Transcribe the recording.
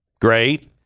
great